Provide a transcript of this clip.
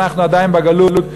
אנחנו עדיין בגלות,